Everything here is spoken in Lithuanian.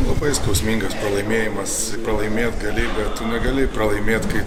labai skausmingas pralaimėjimas pralaimėt gali bet tu negali pralaimėt kai